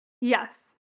Yes